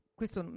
questo